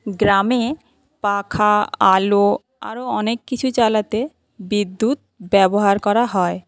গ্রামে পাখা আলো আরো অনেক কিছু চালাতে বিদ্যুৎ ব্যবহার করা হয়